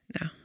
No